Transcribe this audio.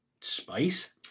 spice